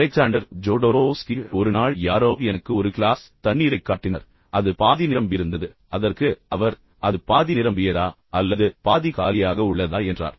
Alexander Jodorowsky ஒரு நாள் யாரோ எனக்கு ஒரு கிளாஸ் தண்ணீரைக் காட்டினர் அது பாதி நிரம்பியிருந்தது அதற்கு அவர் அது பாதி நிரம்பியதா அல்லது பாதி காலியாக உள்ளதா என்றார்